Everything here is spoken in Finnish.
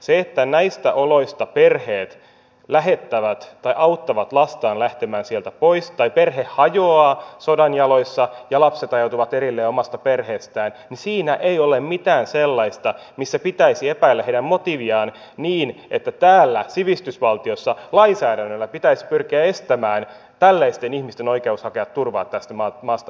siinä että näistä oloista perheet lähettävät tai auttavat lastaan lähtemään sieltä pois tai perhe hajoaa sodan jaloissa ja lapset ajautuvat erilleen omasta perheestään ei ole mitään sellaista missä pitäisi epäillä heidän motiiviaan niin että täällä sivistysvaltiossa lainsäädännöllä pitäisi pyrkiä estämään tällaisten ihmisten oikeus hakea turvaa tästä maasta ylipäätään